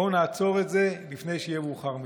בוא נעצור את זה לפני שיהיה מאוחר מדי.